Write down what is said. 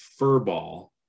furball